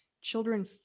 children